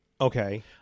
Okay